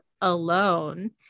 alone